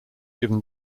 given